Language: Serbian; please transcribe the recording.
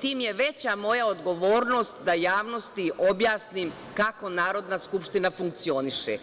tim je veća moja odgovornost da javnosti objasnim kako Narodna skupština funkcioniše.